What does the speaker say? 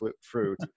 fruit